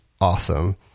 awesome